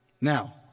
Now